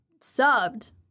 subbed